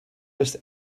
with